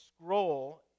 scroll